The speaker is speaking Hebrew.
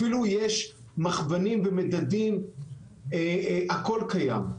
אפילו יש מחוונים ומדדים, הכול קיים.